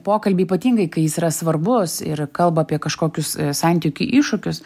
pokalbį ypatingai kai jis yra svarbus ir kalba apie kažkokius santykių iššūkius